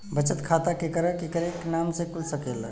बचत खाता केकरे केकरे नाम से कुल सकेला